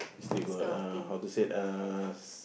still got uh how to said us